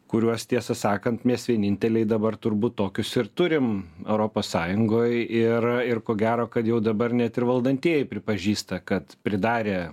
kuriuos tiesą sakant mes vieninteliai dabar turbūt tokius ir turim europos sąjungoj ir ir ko gero kad jau dabar net ir valdantieji pripažįsta kad pridarė